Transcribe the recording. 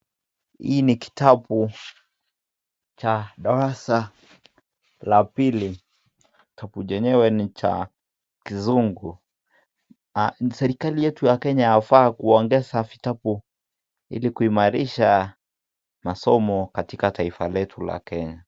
Hii ni kitabu cha darasa la pili. Kitabu chenyewe ni cha kizungu na serikali yetu ya Kenya yafaa kuongeza vitabu ili kuimarisha masomo katika taifa letu la Kenya.